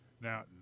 now